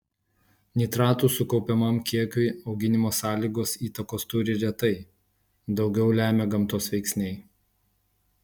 nitratų sukaupiamam kiekiui auginimo sąlygos įtakos turi retai daugiau lemia gamtos veiksniai